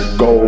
go